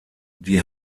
die